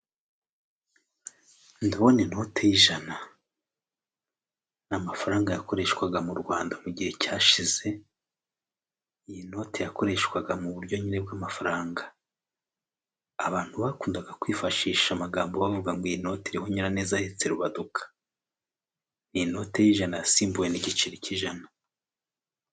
Ndabona inote y'ijana ni amafaranga yakoreshwaga mu Rwanda mu gihe cyashize, iyi noti yakoreshwaga mu buryo nyine bw'amafaranga, abantu bakundaga kwifashisha amagambo bavuga ngo iyi note iriho Nyiranez ahetse Rubaduka, iyi note y'ijana yasimbuwe n'igiceri k'ijana.